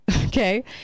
Okay